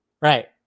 Right